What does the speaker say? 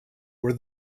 where